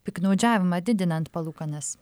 piktnaudžiavimą didinant palūkanas